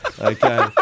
Okay